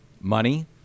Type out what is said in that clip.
money